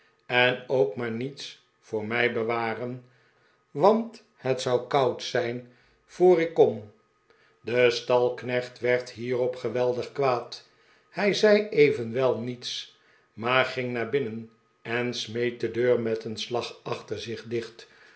en ook maar niets voor mij be waren want het zou koud zijn voor ik kom sam weller op een ontdekkingstocht de stalknecht werd hierop geweldig kwaad hij zei evenwel niets maar ging naar binnen en smeet de deur met een slag achter zich dieht